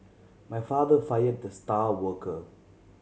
my father fired the star worker